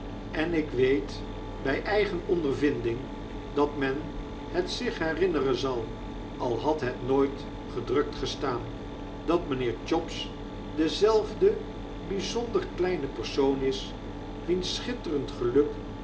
en ik weet bij eigen ondervinding dat men het zich herinneren zal al had het nooit gedrukt gestaan dat mynheer chops dezelfde byzonder kleine persoon is wiens schitterend geluk